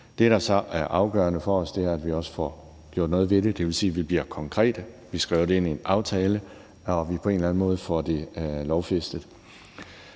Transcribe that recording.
Det, der så er afgørende for os, er, at vi også får gjort noget ved det – det vil sige, at vi bliver konkrete, vi skriver det ind i en aftale, og vi får det på en eller anden måde lovfæstet.